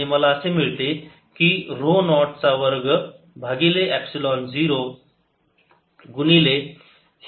मला असे मिळते की ऱ्हो नॉट चा वर्ग भागिले एपसिलोन 0 गुणिले